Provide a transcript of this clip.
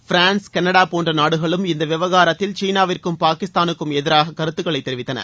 France Canada போன்ற நாடுகளும் இந்த விவகாரத்தில் சீனாவிற்கும் பாகிஸ்தானுக்கும் எதிரான கருத்துகளை தெரிவித்தன